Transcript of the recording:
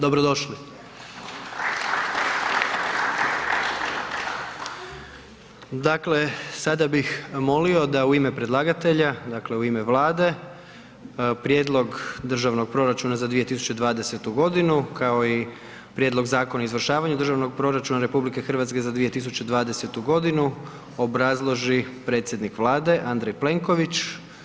Dobrodošli. Dakle, sada bih molio da u ime predlagatelja, dakle u ime Vlade prijedlog Državnog proračuna za 2020. godinu kao i Prijedlog Zakona o izvršavanju Državnog proračuna RH za 2020. godinu obrazloži predsjednik Vlade Andrej Plenković.